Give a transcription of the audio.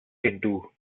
into